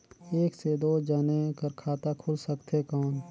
एक से दो जने कर खाता खुल सकथे कौन?